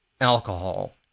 alcohol